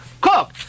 Cook